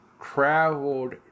traveled